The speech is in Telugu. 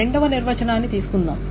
రెండవ నిర్వచనాన్ని తీసుకుందాం